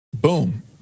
boom